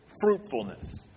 fruitfulness